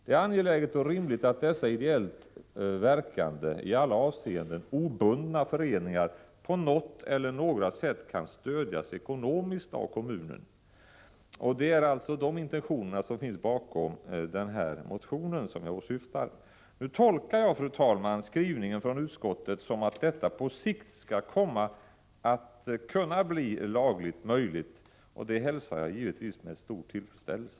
Det är angeläget och rimligt att dessa ideellt verkande, i alla avseenden obundna föreningar på något eller några sätt kan stödjas ekonomiskt av kommunen. Det är dessa intentioner som finns bakom den motion jag har åberopat. Jag tolkar emellertid, fru talman, utskottets skrivning så att en lagändring på sikt skall kunna bli möjlig. Det hälsar jag givetvis med stor tillfredsställelse.